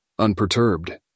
Unperturbed